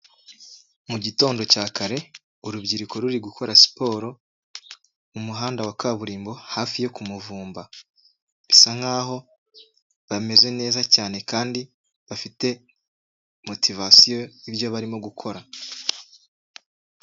Mugitondo cya kare urubyiruko ruri gukora siporo umuhanda wa kaburimbo hafi yo kumuvumba, bisa nkaho bameze neza cyane kandi bafite motivasiyo y'ibyo barimo gukora.